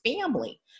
family